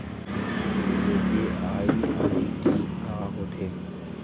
UPI ID का होथे?